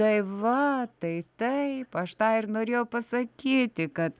tai va tai taip aš tą ir norėjau pasakyti kad